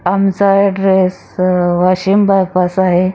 आमचा address Washim bypass आहे